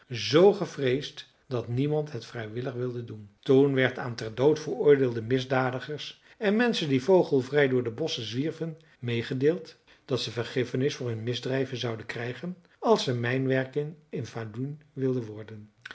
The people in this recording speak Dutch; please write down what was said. z gevreesd dat niemand het vrijwillig wilde doen toen werd aan ter dood veroordeelde misdadigers en menschen die vogelvrij door de bosschen zwierven meegedeeld dat ze vergiffenis voor hun misdrijven zouden krijgen als ze mijnwerker in falun wilden worden